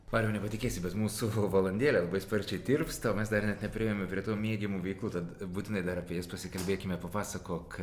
mariau nepatikėsi bet mūsų valandėlė labai sparčiai tirpsta o mes dar net nepriėjome prie tavo mėgiamų veiklų tad būtinai dar apie jas pasikalbėkime papasakok